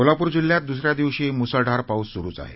कोल्हापूर जिल्ह्यात दुसऱ्या दिवशीही मुसळधार पाऊस सुरूच आहे